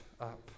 up